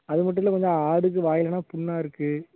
அது மட்டும் இல்லை கொஞ்சம் ஆடுக்கு வாயிலெலாம் புண்ணாக இருக்குது